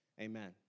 Amen